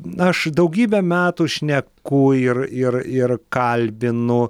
aš daugybę metų šneku ir ir ir kalbinu